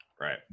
right